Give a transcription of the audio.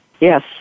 Yes